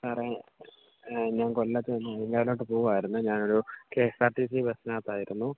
സാറേ ഞാൻ കൊല്ലത്തുനിന്ന് പോവുകയായിരുന്നു ഞാൻ ഒരു K S R T C ബസ്സിനകത്തായിരുന്നു